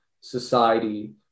society